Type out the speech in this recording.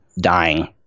dying